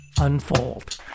unfold